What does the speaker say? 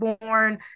born